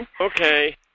okay